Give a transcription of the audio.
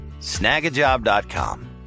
Snagajob.com